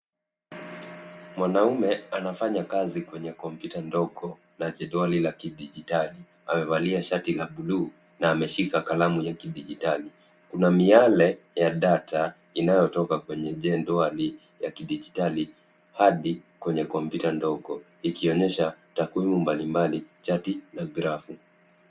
Mwanaume anafanya kazi kwenye kompyuta ndogo na jidole la kidijitali, amevalia shati la buluu na ameshika kalamu ya kidijitali. Kuna miale ya data inayotoka kwenye jedoa la kidijitali hadi kwenye kompyuta ndogo ikionyesha takwimu mbalimbali chati na grafu.